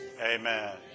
Amen